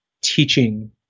teaching